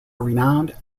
renowned